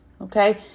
okay